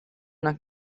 una